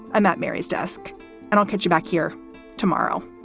i'm at mary's desk and i'll catch you back here tomorrow